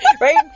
right